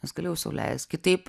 nes galėjau sau leist kitaip